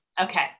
Okay